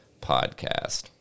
podcast